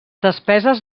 despeses